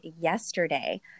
yesterday